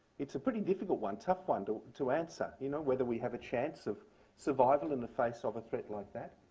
it's a pretty difficult one, tough one to to answer, you know, whether we have a chance of survival in the face of a threat like that.